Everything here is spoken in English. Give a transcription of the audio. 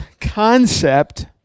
concept